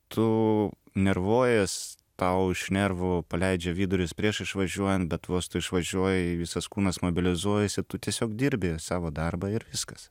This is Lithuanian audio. tu nervuojies tau iš nervų paleidžia vidurius prieš išvažiuojant bet vos tu išvažiuoji visas kūnas mobilizuojasi tu tiesiog dirbi savo darbą ir viskas